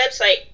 website